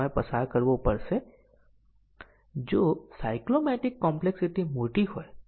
પરંતુ પછી અમારી પાસે આને દોરવાની કેટલીક વ્યવસ્થિત રીત હોવી જોઈએ